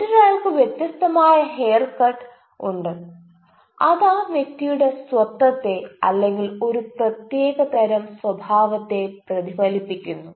മറ്റൊരാൾക്ക് വ്യത്യസ്തമായ ഹെയർകട്ട് ഉണ്ട്അത് ആ വ്യക്തിയുടെ സ്വത്വത്തെ അല്ലെങ്കിൽ ഒരു പ്രത്യേകതരം സ്വഭാവത്തെ പ്രതിഫലിപ്പിക്കുന്നു